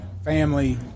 family